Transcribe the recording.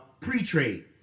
pre-trade